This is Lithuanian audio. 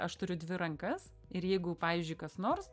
aš turiu dvi rankas ir jeigu pavyzdžiui kas nors